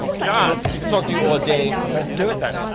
ah john, we could talk to you all day. let's do it then.